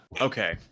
okay